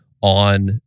on